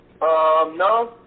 No